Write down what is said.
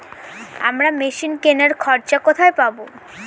আমরা মেশিন কেনার খরচা কোথায় পাবো?